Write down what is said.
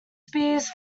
spears